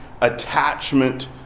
attachment